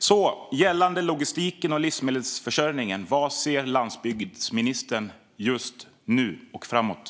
Gällande logistiken och livsmedelsförsörjningen: Vad ser landsbygdsministern just nu och framöver?